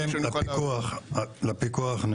לפיקוח,